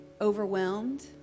overwhelmed